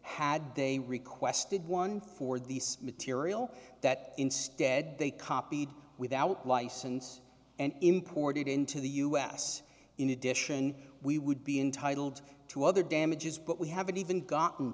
they requested one for the material that instead they copied without license and imported into the us in addition we would be intitled to other damages but we haven't even gotten